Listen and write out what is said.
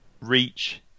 reach